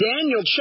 Daniel